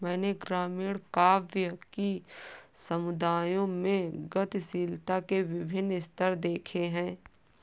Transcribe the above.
मैंने ग्रामीण काव्य कि समुदायों में गतिशीलता के विभिन्न स्तर देखे हैं